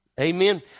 Amen